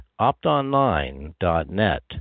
optonline.net